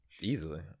Easily